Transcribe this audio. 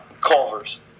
Culver's